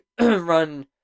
run